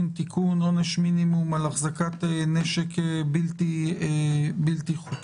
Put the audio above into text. (תיקון עונש מינימום על החזקת נשק בלתי חוקי),